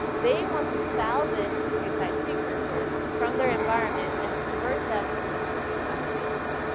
they want to salvage nucleotide precursors from their environment and convert them into the nucleotides they need.